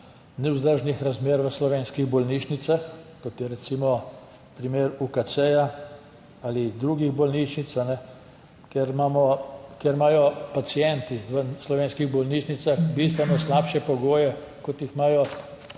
nevzdržnih razmer v slovenskih bolnišnicah, kot je recimo primer UKC ali drugih bolnišnic. Ker imajo pacienti v slovenskih bolnišnicah bistveno slabše pogoje, kot jih imajo